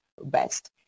best